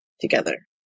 together